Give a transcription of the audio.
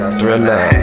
Thriller